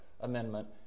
amendment